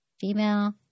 female